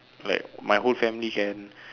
like my whole family can